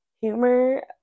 humor